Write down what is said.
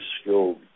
skilled